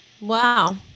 Wow